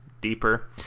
deeper